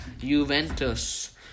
Juventus